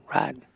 right